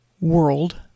world